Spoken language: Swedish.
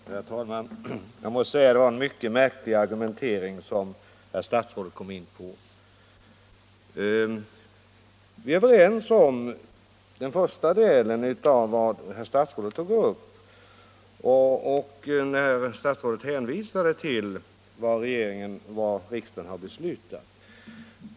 Herr talman! Jag måste säga att det var en mycket märklig argumentering som herr statsrådet kom in på. Vi är överens i vad gäller den första delen av det som herr statsrådet tog upp, där statsrådet hänvisade till vad riksdagen har beslutat.